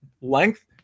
length